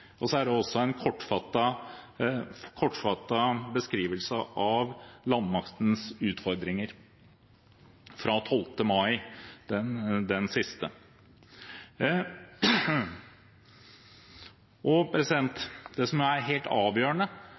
og så er det en kortfattet beskrivelse av landmaktens utfordringer, den siste fra 12. mai. Det som er helt avgjørende,